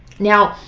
now,